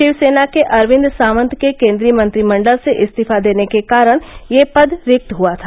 शिवसेना के अरविंद सावंत के केंद्रीय मंत्रिमंडल से इस्तीफा देने के कारण यह पद रिक्त हआ था